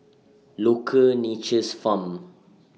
Loacker Nature's Farm